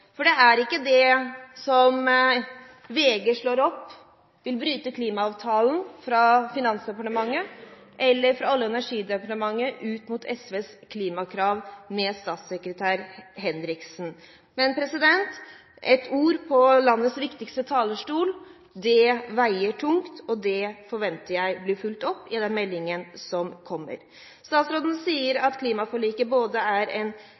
For det er ikke det som VG slår opp, at Finansdepartementet vil bryte klimaavtalen, eller at statssekretær Henriksen fra Olje- og energidepartementet går ut mot SVs klimakrav. Et ord på landets viktigste talerstol veier tungt, og jeg forventer at det blir fulgt opp i den meldingen som kommer. Statsråden sier at klimaforliket er